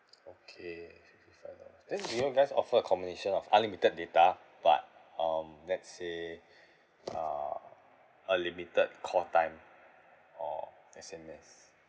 okay sixty five dollars then do you guys offer a combination of unlimited data but um let's say uh unlimited call time or S_M_S